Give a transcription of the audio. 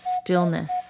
Stillness